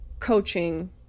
coaching